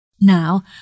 Now